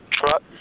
truck